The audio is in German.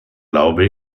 glaube